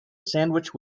sandwich